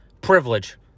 privilege